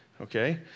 Okay